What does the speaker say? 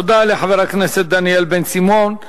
תודה לחבר הכנסת דניאל בן-סימון.